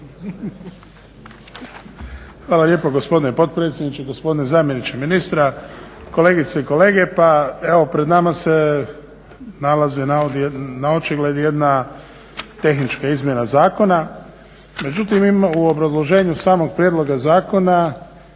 Hvala lijepo gospodine potpredsjedniče, gospodine zamjeniče ministra, kolegice i kolege. Pa evo pred nama se nalazi naočigled jedna tehnička izmjena zakona. Međutim, u obrazloženju samog prijedloga zakona